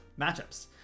matchups